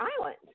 island